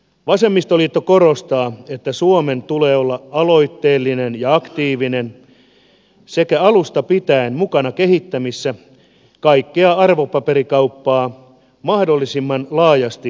vasemmistoliitto korostaa että suomen tulee olla aloitteellinen ja aktiivinen sekä alusta pitäen mukana kehittämässä kaikkea arvopaperikauppaa mahdollisimman laajasti koskevaa transaktioveroa